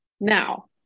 Now